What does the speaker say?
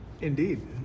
Indeed